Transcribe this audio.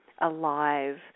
alive